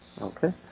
Okay